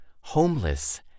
homeless